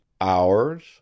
hours